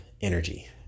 energy